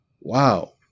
Wow